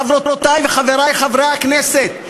חברותי וחברי חברי הכנסת,